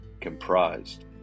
comprised